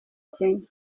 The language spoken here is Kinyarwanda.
kenya